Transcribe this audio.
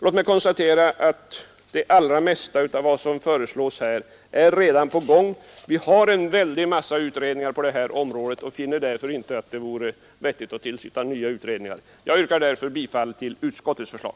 Låt mig konstatera att det allra mesta av vad som där föreslås redan är på gång. Vi har en stor mängd utredningar på detta område, och vi finner därför inte att det vore vettigt att tillsätta nya utredningar. Jag yrkar därför bifall till utskottets förslag.